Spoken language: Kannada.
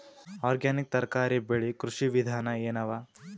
ಆರ್ಗ್ಯಾನಿಕ್ ತರಕಾರಿ ಬೆಳಿ ಕೃಷಿ ವಿಧಾನ ಎನವ?